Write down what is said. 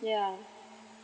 yeah